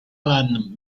alan